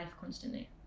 constantly